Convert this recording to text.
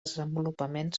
desenvolupament